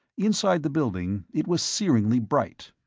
inside the building, it was searingly bright.